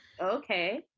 Okay